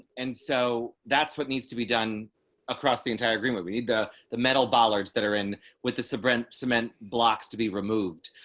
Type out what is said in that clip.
and so that's what needs to be done across the entire agreement, we need the the metal bollards that are in with the subreddit cement blocks to be removed.